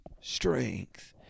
strength